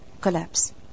collapse